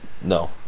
no